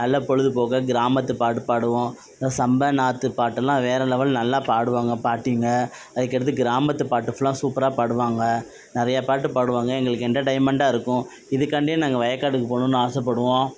நல்லா பொழுதுபோகும் கிராமத்து பாட்டு பாடுவோம் சம்பா நாற்று பாட்டெல்லாம் வேறு லெவல் நல்லா பாடுவாங்க பாட்டிங்க அதுக்கடுத்து கிராமத்து பாட்டு ஃபுல்லாக சூப்பராக பாடுவாங்க நிறையா பாட்டு பாடுவாங்க எங்களுக்கு எண்டர்டெயின்மெண்டாக இருக்கும் இதுக்காண்டி நாங்கள் வயக்காடுக்கு போகணுனு ஆசைப்படுவோம்